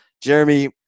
Jeremy